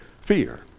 fear